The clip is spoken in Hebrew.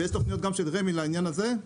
ויש תוכניות גם של רמ"י לעניין הזה,